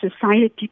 society